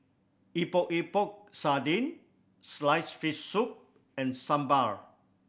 Epok Epok Sardin sliced fish soup and sambal